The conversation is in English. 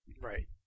Right